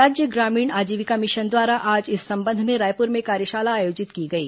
राज्य ग्रामीण आजीविका मिशन द्वारा आज इस संबंध में रायपुर में कार्यशाला आयोजित की गई